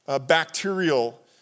bacterial